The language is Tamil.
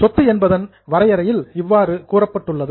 சொத்து என்பதன் டெபனிஷன் வரையறையில் இவ்வாறு கூறப்பட்டுள்ளது